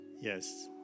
Yes